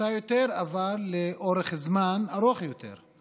פחותה יותר, אבל לאורך זמן ארוך יותר.